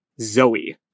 Zoe